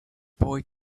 boy